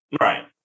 right